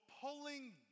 pulling